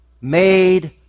made